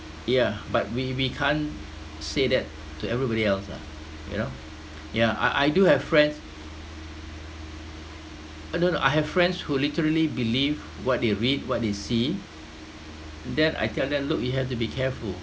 yeah but we we can't say that to everybody else lah you know yeah I I do have friends I don't know I have friends who literally believe what they read what they see then I tell them look you have to be careful